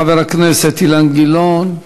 חבר הכנסת אילן גילאון.